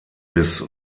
bis